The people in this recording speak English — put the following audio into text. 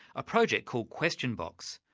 a project called question box,